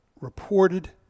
reported